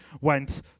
went